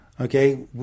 Okay